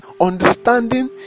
understanding